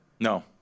No